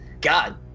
God